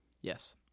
Yes